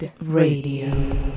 Radio